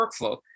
workflow